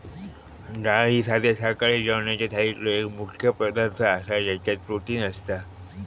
डाळ ही साध्या शाकाहारी जेवणाच्या थाळीतलो एक मुख्य पदार्थ आसा ज्याच्यात प्रोटीन असता